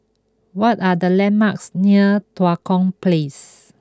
what are the landmarks near Tua Kong Place